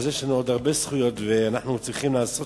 יש לנו הרבה זכויות ואנחנו צריכים לעשות